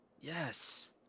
Yes